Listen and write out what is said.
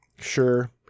Sure